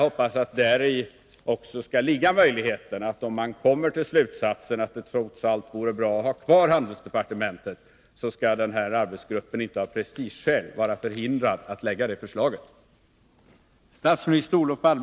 Om man därvid kommer till slutsatsen att det trots allt vore bra att ha kvar handelsdepartementet, hoppas jag att den här arbetsgruppen inte av prestigeskäl skall vara förhindrad att framlägga ett sådant förslag.